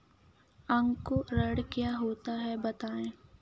अंकुरण क्या होता है बताएँ?